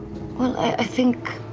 well, i think